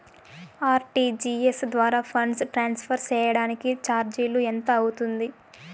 RTGS ద్వారా funds transfer సేయడానికి చార్జీలు ఎంత అవుతుంది